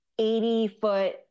80-foot